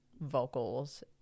vocals